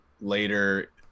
later